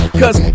cause